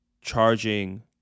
charging